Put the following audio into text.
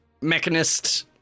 mechanist